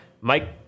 Mike